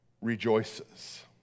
rejoices